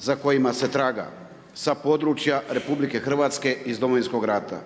za kojima se traga sa područja RH iz Domovinskog rata.